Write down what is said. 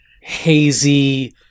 hazy